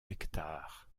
hectares